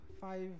five